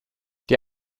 die